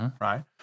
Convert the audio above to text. Right